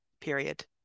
period